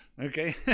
Okay